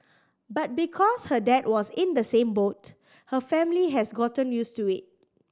but because her dad was in the same boat her family has gotten used to it